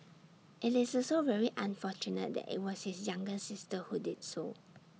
IT is also very unfortunate that IT was his younger sister who did so